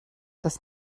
das